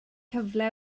cyfle